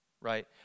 right